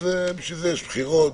לשם כך יש בחירות,